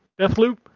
Deathloop